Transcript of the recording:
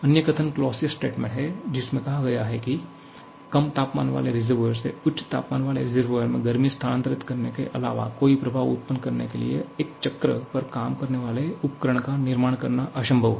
अन्य कथन Clausius statement है जिसमें कहा गया है कि कम तापमान वाले रिसर्वोयर से उच्च तापमान वाले रिसर्वोयर में गर्मी स्थानांतरित करने के अलावा कोई प्रभाव उत्पन्न करने के लिए एक चक्र पर काम करने वाले उपकरण का निर्माण करना असंभव है